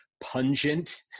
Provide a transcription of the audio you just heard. pungent